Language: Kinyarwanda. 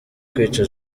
kwica